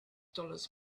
dollars